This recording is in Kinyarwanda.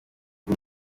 ubu